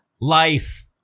life